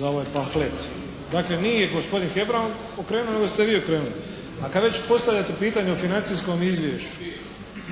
za ovaj pamflet. Dakle nije gospodin Hebrang okrenuo nego ste vi okrenuli. A kada već postavljate pitanje o financijskom izvješću